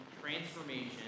transformation